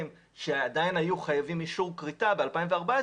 שעדיין היו חייבים אישור כריתה ב-2014,